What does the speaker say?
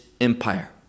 Empire